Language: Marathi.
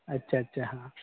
अच्छा अच्छा हां